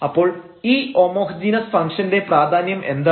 അപ്പോൾ ഈ ഹോമോജീനസ് ഫംഗ്ഷൻറെ പ്രാധാന്യം എന്താണ്